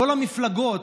לא למפלגות